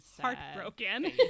heartbroken